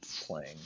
playing